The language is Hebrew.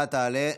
אתה תעלה.